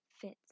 fits